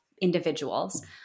individuals